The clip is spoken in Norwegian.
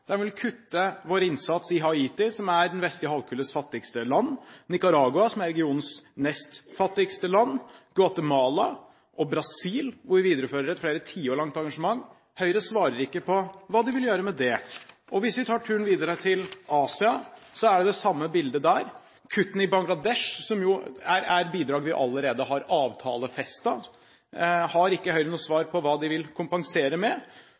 vil kutte vår innsats i Haiti, som er den vestlige halvkules fattigste land, Nicaragua, som er regionens nest fattigste land, Guatemala og Brasil, hvor vi viderefører et flere tiår langt engasjement. Høyre svarer ikke på hva de vil gjøre med det. Hvis vi tar turen videre til Asia, er det det samme bildet der. Kuttene i Bangladesh – der vi allerede har avtalefestet bidrag – har ikke Høyre noe svar på hva de vil kompensere med.